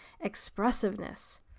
expressiveness